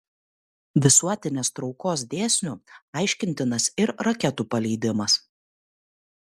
visuotinės traukos dėsniu aiškintinas ir raketų paleidimas